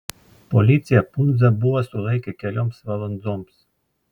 policija pundzą buvo sulaikę kelioms valandoms